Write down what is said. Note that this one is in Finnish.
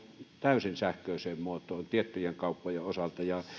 täysin sähköiseen muotoon tiettyjen kauppojen osalta